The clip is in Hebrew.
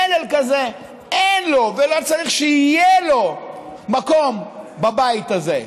מלל כזה אין לו ולא צריך שיהיה לו מקום בבית הזה.